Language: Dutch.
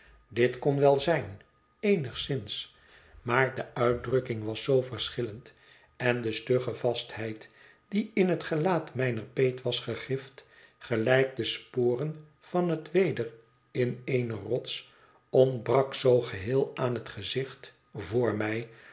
dit kon wel zijn eenigszins maar de uitdrukking was zoo verschillend en de stugge vastheid die in het gelaat mijner peet was gegrift gelijk de sporen van het weder in eene rots ontbrak zoo geheel aan het gezicht voor mij